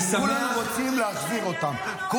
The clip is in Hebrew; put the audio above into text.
אז מה הבעיה להחזיר אותם --- אוקיי.